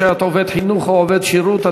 השעיית עובד חינוך או עובד שירות),